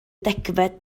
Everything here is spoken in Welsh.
degfed